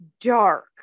dark